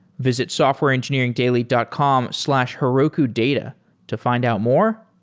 visit softwareengineeringdaily dot com slash herokudata to find out more,